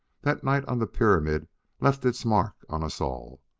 that night on the pyramid left its mark on us all.